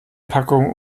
packungen